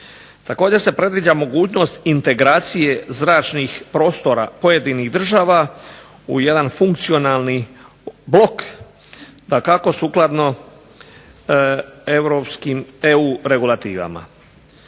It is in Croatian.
Također se predviđa mogućnost integracije zračnih prostora pojedinih država u jedan funkcionalni blok, dakako sukladno europskim EU regulativama.